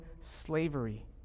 slavery